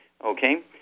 Okay